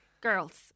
Girls